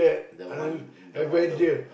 the one the widow